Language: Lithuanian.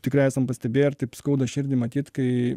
tikrai esam pastebėję ir taip skauda širdį matyt kai